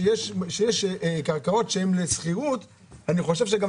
שיש קרקעות שהם לשכירות אני חושב שגם